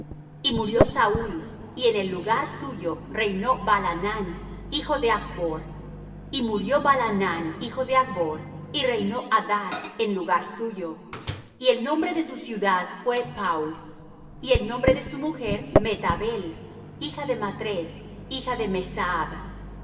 y murió saúl y en lugar suyo reinó baalanán hijo de achbor y murió baalanán hijo de achbor y reinó adar en lugar suyo y el nombre de su ciudad fué pau y el nombre de su mujer meetabel hija de matred hija de mezaab